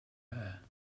her